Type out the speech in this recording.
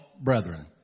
brethren